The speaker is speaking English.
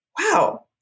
wow